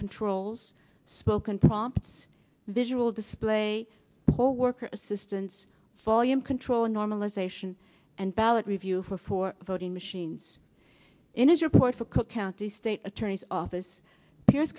controls spoken prompts visual display or worker assistance following him controlling normalisation and ballot review for four voting machines in his report for cook county state attorney's office pier